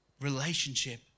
relationship